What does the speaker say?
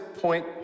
point